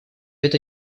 это